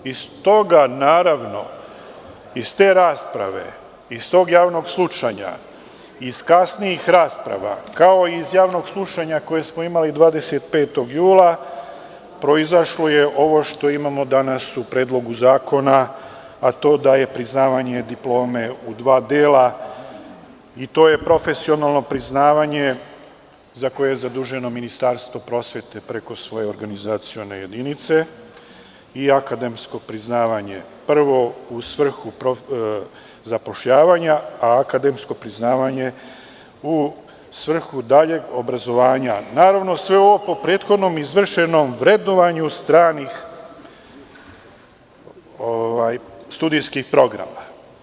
Iz toga, naravno, iz te rasprave, iz tog javnog slušanja, iz kasnijih rasprava, kao i iz javnog slušanja koje smo imali 25. jula, proizašlo je ovo što imamo danas u Predlogu zakona, a to da je priznavanje diplome u dva dela i to je profesionalno priznavanje, za koje je zaduženo Ministarstvo prosvete preko svoje organizacione jedinice i akademsko priznavanje prvo u svrhu zapošljavanja, a akademsko priznavanje u svrhu daljeg obrazovanja, naravno, sve ovo po prethodno izvršenom vrednovanju stranih studijskih programa.